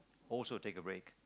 also take a break